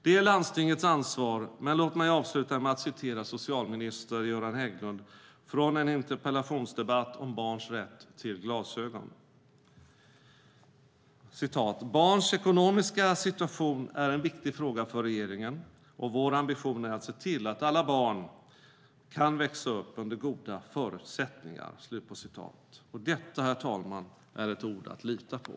Det är landstingets ansvar, men låt mig avsluta med att citera socialminister Göran Hägglund från en interpellationsdebatt om barns rätt till glasögon: Barns ekonomiska situation är en viktig fråga för regeringen, och vår ambition är att se till att alla barn kan växa upp under goda förutsättningar. Och detta, herr talman, är ett ord att lita på!